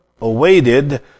awaited